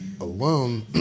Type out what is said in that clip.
alone